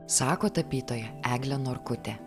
sako tapytoja eglė norkutė